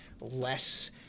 less